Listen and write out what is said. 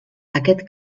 aquest